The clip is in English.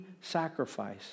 sacrifice